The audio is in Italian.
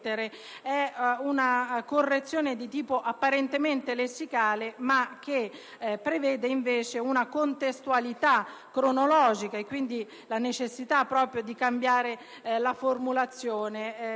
È una correzione di tipo apparentemente lessicale, ma che prevede invece una contestualità cronologica e, quindi, la necessità di cambiare la formulazione.